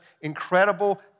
incredible